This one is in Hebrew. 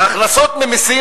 ההכנסות ממסים,